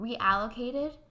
reallocated